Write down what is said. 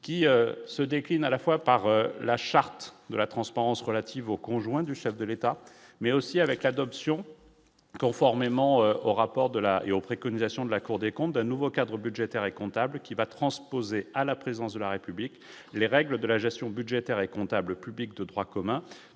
qui se décline à la fois par la charte de la transparence relative au conjoint du chef de l'État mais aussi avec l'adoption, conformément au rapport de la et aux préconisations de la Cour des comptes, d'un nouveau cadre budgétaire et comptable qui va transposer à la présidence de la République, les règles de la gestion budgétaire et comptable public de droit commun